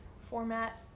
format